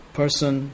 person